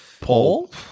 Paul